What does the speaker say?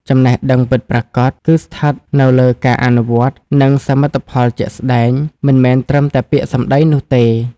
ចំណេះដឹងពិតប្រាកដ គឺស្ថិតនៅលើការអនុវត្ត និងសមិទ្ធផលជាក់ស្ដែង មិនមែនត្រឹមតែពាក្យសម្ដីនោះទេ។